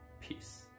Peace